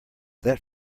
that